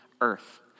earth